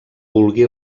vulgui